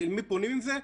למי פונים עם זה?